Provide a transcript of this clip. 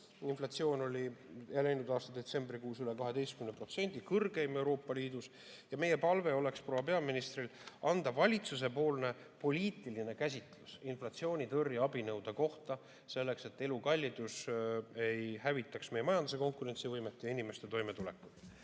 Inflatsioon oli läinud aasta detsembrikuus meil üle 12%, kõrgeim Euroopa Liidus. Meie palve oleks, et proua peaminister annaks valitsuse poliitilise käsitluse inflatsioonitõrje abinõude kohta, kuidas elukallidus ei hävitaks meie majanduse konkurentsivõimet ja inimeste toimetulekut.